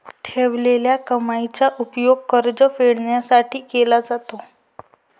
ठेवलेल्या कमाईचा उपयोग कर्ज फेडण्यासाठी केला जातो